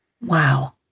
wow